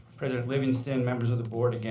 president livingston, members of the board, yeah